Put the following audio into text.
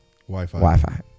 Wi-Fi